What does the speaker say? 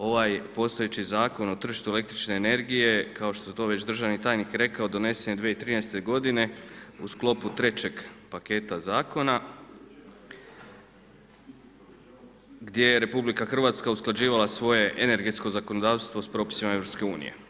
Ovaj postojeći zakon o tržištu el. energije, kao što je to već državni tajnik rekao donesen je 2013. g. u sklopu trećeg paketa zakona, gdje je RH usklađivala svoje energetsko zakonodavstvo s propisima EU.